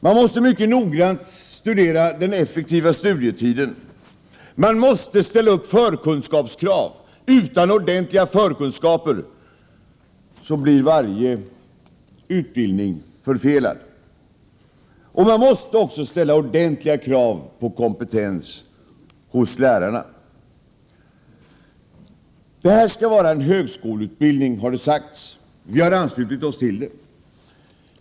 Man måste mycket noggrant studera den effektiva studietiden. Man måste ställa upp förkunskapskrav, för utan ordentliga förkunskaper blir varje utbildning förfelad. Man måste också ställa ordentliga krav på kompetensen hos lärarna. Det här skall vara en högskoleutbildning, har det sagts. Vi har anslutit oss till det.